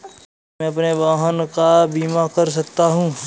क्या मैं अपने वाहन का बीमा कर सकता हूँ?